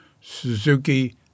Suzuki